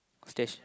stage